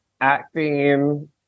acting